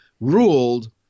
ruled